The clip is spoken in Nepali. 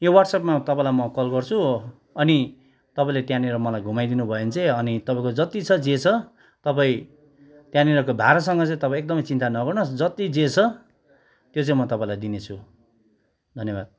यो व्हाट्सएप्पमा तपाईँलाई म कल गर्छु अनि तपाईँले त्यहाँनिर मलाई घुमाइदिनु भयो भने चाहिँ अनि तपाईँको जति छ जे छ तपाईँ त्यहाँनिर भाडासँग चाहिँ एकदम चिन्ता नगर्नुहोस् जति जे छ त्यो चाहिँ म तपाईँलाई दिनेछु धन्यवाद